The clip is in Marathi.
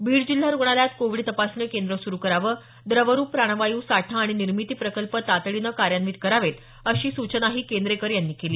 बीड जिल्हा रुग्णालयात कोविड तपासणी केंद्र सुरु करावं द्रवरुप प्राणवायू साठा आणि निर्मिती प्रकल्प तातडीनं कार्यान्वित करावेत अशी सूचनाही केंद्रेकर यांनी केली